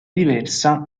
diversa